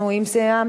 אם סיימת,